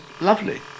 lovely